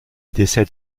décède